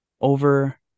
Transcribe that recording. over